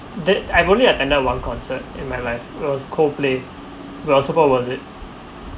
the I've only attended one concert in my life it was coldplay well super worth it